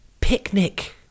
picnic